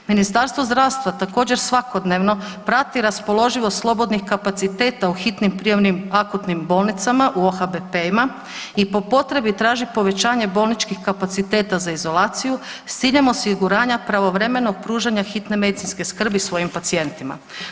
Ministarstvo zdravstva također svakodnevno prati raspoloživost slobodnih kapaciteta u hitnim prijemnim akutnim bolnicama u OHBP-ima i po potrebi traži povećanje bolničkih kapaciteta za izolaciju s ciljem osiguranja pravovremenog pružanja hitne medicinske skrbi svojim pacijentima.